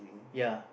ya